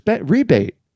rebate